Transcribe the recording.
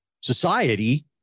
society